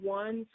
one